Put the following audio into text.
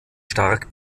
stark